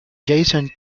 jason